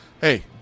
hey